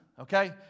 okay